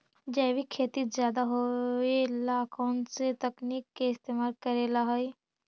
जैविक खेती ज्यादा होये ला कौन से तकनीक के इस्तेमाल करेला हई?